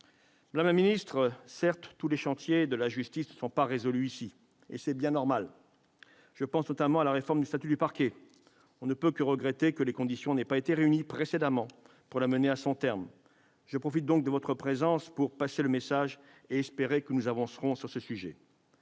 de la justice. Certes, tous les chantiers de la justice ne sont pas résolus ici, et c'est bien normal. Je pense notamment à la réforme du statut du parquet. On ne peut que regretter que les conditions n'aient pas été réunies précédemment pour la mener à son terme. Je profite donc de votre présence, madame la garde des sceaux, pour passer le message et espérer que nous avancerons sur ce sujet.